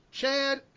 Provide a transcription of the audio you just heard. chad